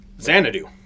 Xanadu